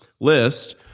list